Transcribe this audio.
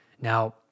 Now